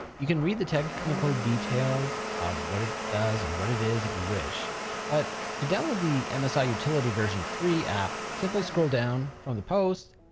you can read the technical details of what it does and what it is if you wish but to download the um msi ah utility version three app simply scroll down from the post,